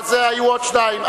אז היו עוד שניים,